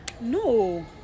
No